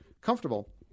comfortable –